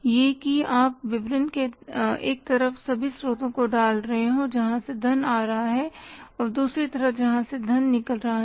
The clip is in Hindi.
यह कि आप विवरण के एक तरफ सभी स्रोतों को डाल रहे हैं जहां से धन आ रहा है और दूसरी तरफ जहां से धन निकल रहा है